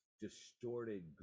distorted